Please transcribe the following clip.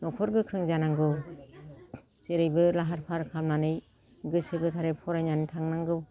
न'खर गोख्रों जानांगौ जेरैबो लाहार फाहार खालामनानै गोसो गोथारै फरायनानै थांनांगौ